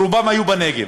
רובם בנגב.